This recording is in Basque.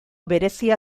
berezia